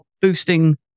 boosting